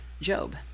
Job